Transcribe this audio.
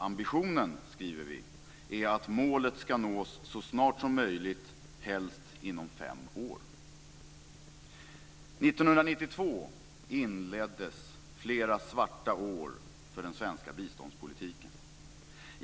Ambitionen är att målet skall nås så snart som möjligt, helst inom fem år." 1992 inleddes flera svarta år för den svenska biståndspolitiken.